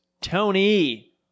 Tony